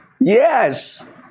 Yes